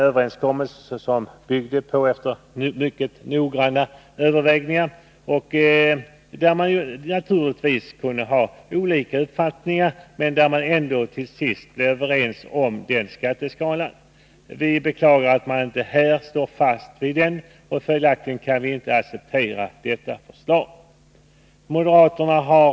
Överenskommelsen var resultatet av mycket ingående överläggningar, varvid vi naturligtvis kunde ha olika uppfattningar. Till sist blev vi emellertid överens om en skatteskala. Vi beklagar att man inte nu står fast vid den skatteskalan. Följaktligen kan vi inte acceptera det föreliggande förslaget.